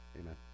Amen